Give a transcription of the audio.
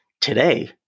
today